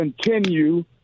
continue